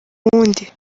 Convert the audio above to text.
wundi